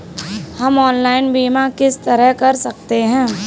हम ऑनलाइन बीमा किस तरह कर सकते हैं?